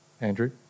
Andrew